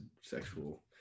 sexual